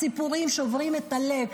הסיפורים שוברים את הלב,